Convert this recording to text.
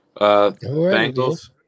Bengals